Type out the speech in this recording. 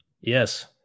Yes